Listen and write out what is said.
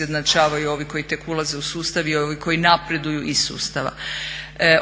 izjednačavaju ovi koji tek ulaze u sustav i ovi koji napreduju iz sustava.